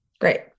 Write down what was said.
Great